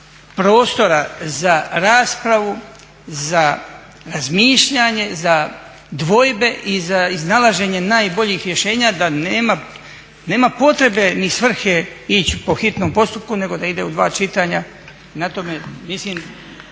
prostora za raspravu, za razmišljanje, za dvojbe i za iznalaženje najboljih rješenja da nema potrebe ni svrhe ići po hitnom postupku nego da ide u 2 čitanja. Kolega Gubišić